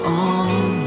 on